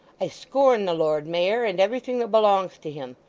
i scorn the lord mayor and everything that belongs to him.